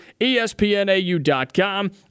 ESPNAU.com